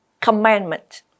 commandment